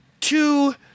two